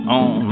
on